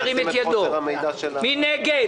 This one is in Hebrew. מי נגד?